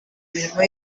imirimo